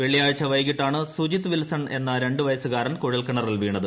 വെള്ളിയാഴ്ച വൈകിട്ടാണ് സുജിത് വിൽസൺ എന്ന രണ്ടുവയസ്സുകാരൻ കുഴൽകിണറിൽ വീണത്